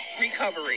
recovery